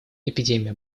эпидемия